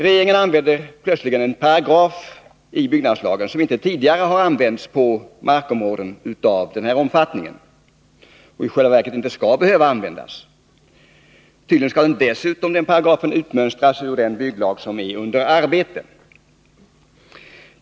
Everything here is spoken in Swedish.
Regeringen använder plötsligt en paragraf i byggnadslagen som inte tidigare använts när det gäller markområden av denna omfattning och som i själva verket inte skall behöva utnyttjas. Tydligen skall denna paragraf dessutom utmönstras ur den bygglag som är under arbete.